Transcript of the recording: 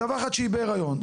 מדווחת שהיא בהריון,